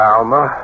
Alma